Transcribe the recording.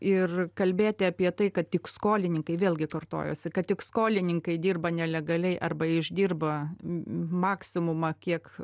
ir kalbėti apie tai kad tik skolininkai vėlgi kartojuosi kad tik skolininkai dirba nelegaliai arba išdirba maksimumą kiek